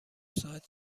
ساعت